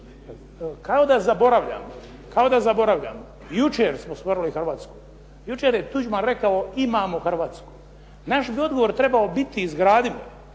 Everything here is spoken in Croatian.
Kao da zaboravljamo. Jučer smo stvorili Hrvatsku, jučer je Tuđman rekao "imamo Hrvatsku". Naš bi odgovor trebao biti izgradimo,